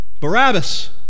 Barabbas